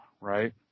right